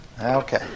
Okay